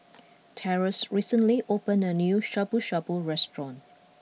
Terance recently opened a new Shabu Shabu restaurant